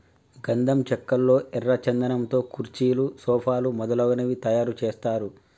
గంధం చెక్కల్లో ఎర్ర చందనం తో కుర్చీలు సోఫాలు మొదలగునవి తయారు చేస్తారు